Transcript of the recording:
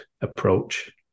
approach